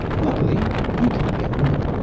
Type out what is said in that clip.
luckily, you can get more.